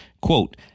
quote